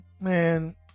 man